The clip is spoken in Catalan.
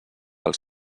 els